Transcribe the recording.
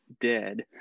dead